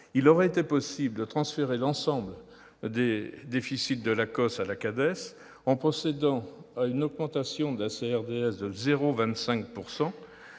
en effet été possible de transférer l'ensemble des déficits de l'ACOSS à la CADES en procédant à une augmentation de la CRDS de 0,25